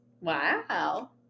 Wow